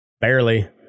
barely